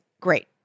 great